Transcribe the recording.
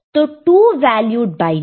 तो 2 valued binary